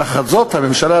תחת זאת הממשלה,